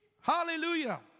Hallelujah